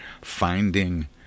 finding